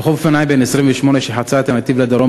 רוכב אופניים בן 28 שחצה את הנתיב לדרום